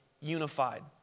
unified